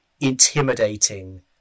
intimidating